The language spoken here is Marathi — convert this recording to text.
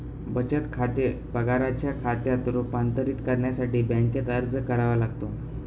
बचत खाते पगाराच्या खात्यात रूपांतरित करण्यासाठी बँकेत अर्ज करावा लागतो